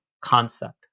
concept